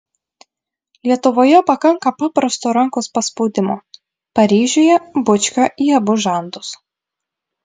lietuvoje pakanka paprasto rankos paspaudimo paryžiuje bučkio į abu žandus